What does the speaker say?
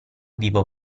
vivo